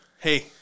Hey